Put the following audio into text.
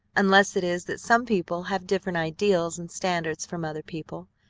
unless it is that some people have different ideals and standards from other people,